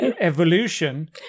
evolution